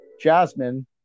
Jasmine